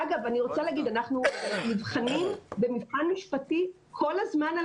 אנחנו נבחנים במבחן משפטי כל הזמן על